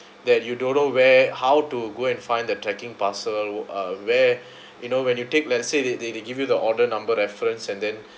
that you don't know where how to go and find the tracking parcel uh where you know when you take let's say they they they give you the order number reference and then